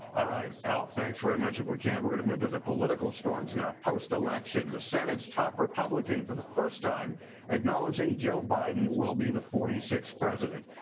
ah right, al, thanks very much. if we can, we're going to move to the political storms now post-election. the senate's top republican for the first time acknowledging joe biden will be the forty sixth president.